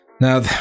now